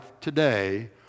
today